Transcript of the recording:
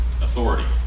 Authority